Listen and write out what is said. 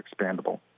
expandable